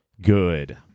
good